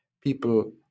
people